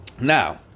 Now